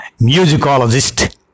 musicologist